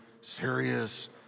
serious